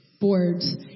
boards